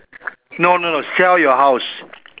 no no no sell your house